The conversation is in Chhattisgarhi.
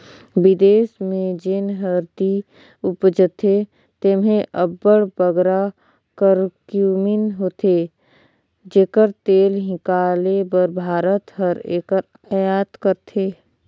बिदेस में जेन हरदी उपजथे तेम्हें अब्बड़ बगरा करक्यूमिन होथे जेकर तेल हिंकाले बर भारत हर एकर अयात करथे